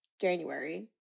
January